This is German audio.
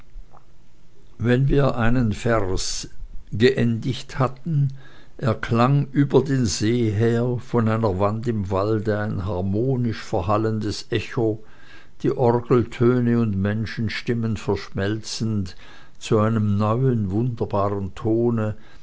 wenn wir einen vers geendigt hatten erklang über den see her von einer wand im walde ein harmonisch verhallendes echo die orgeltöne und menschenstimmen verschmelzend zu einem neuen wunderbaren tone